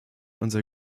unser